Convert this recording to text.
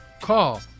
Call